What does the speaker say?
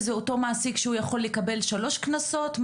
זה אותו מעסיק שיכול לקבל שלושה קנסות?